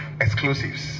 exclusives